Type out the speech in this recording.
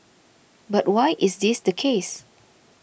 but why is this the case